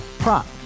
Prop